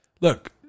Look